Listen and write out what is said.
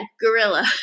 Gorilla